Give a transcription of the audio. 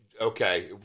Okay